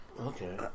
Okay